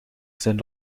zijn